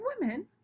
women